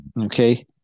Okay